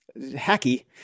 hacky